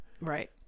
right